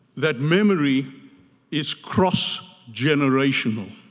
that memory is cross-generational.